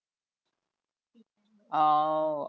oh